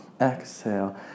exhale